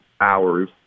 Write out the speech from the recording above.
hours